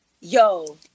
Yo